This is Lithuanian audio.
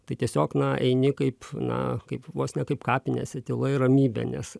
tai tiesiog na eini kaip na kaip vos ne kaip kapinėse tyla ir ramybė nes